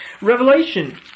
Revelation